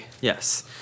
Yes